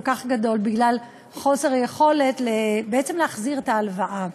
כך גדול בגלל חוסר יכולת בעצם להחזיר את ההלוואה.